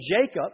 Jacob